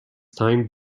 time